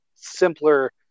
simpler